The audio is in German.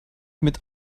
mit